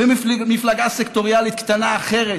מפלגה סקטוריאלית קטנה אחרת